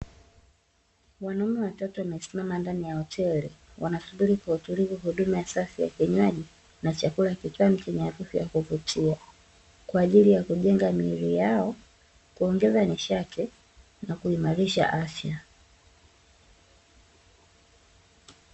Wanaume watatu wamesimama ndani ya hoteli, wanasubiri kwa utulivu huduma safi ya kinywaji na chakula kitamu chenye harufu ya kuvutia, kwa ajili ya kujenga miili yao, kuongeza nishati na kuimarisha afya.